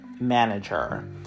manager